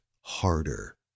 harder